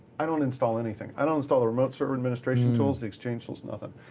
i don't install anything. i don't install the remote server administration tools, the exchange tools, nothing.